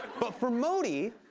but for modi,